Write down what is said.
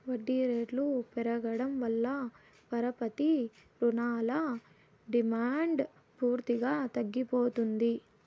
వడ్డీ రేట్లు పెరగడం వల్ల పరపతి రుణాల డిమాండ్ పూర్తిగా తగ్గిపోతుంది